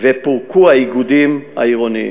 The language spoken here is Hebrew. ופורקו האיגודים העירוניים,